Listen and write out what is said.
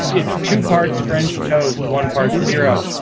it's two parts french toast, one part zero.